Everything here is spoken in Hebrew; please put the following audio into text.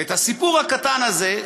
ואת הסיפור הזה,